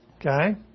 Okay